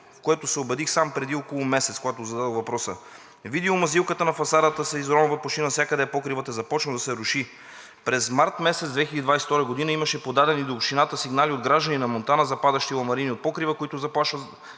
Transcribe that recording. в което се убедих сам преди около месец, когато зададох въпроса. Видимо мазилката на фасадата на сградата се изронва почти навсякъде, а покривът е започнал да се руши. През март месец 2022 г. имаше подадени до Общината сигнали от граждани на Монтана за падащи ламарини от покрива, които заплашват